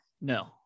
no